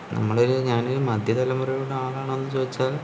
നമ്മള് ഒരു ഞാനൊരു മധ്യ തലമുറയുടെ ആളാണോ എന്ന് ചോദിച്ചാൽ